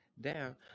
down